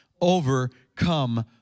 overcome